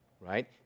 right